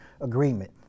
agreement